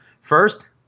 first